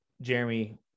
jeremy